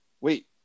wait